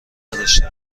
نداشته